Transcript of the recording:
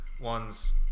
one's